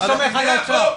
אני סומך על האוצר.